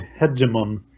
hegemon